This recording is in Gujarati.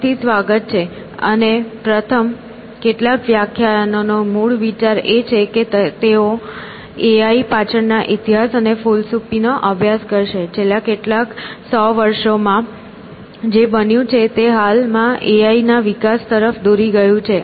ફરીથી સ્વાગત છે અને પ્રથમ કેટલાક વ્યાખ્યાયનો નો મૂળ વિચાર એ છે કે તેઓ એઆઈ પાછળના ઇતિહાસ અને ફિલસૂફીનો અભ્યાસ કરશે છેલ્લા કેટલાક 100 વર્ષોમાં જે બન્યું છે તે હાલમાં એઆઈ ના વિકાસ તરફ દોરી ગયું છે